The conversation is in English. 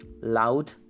loud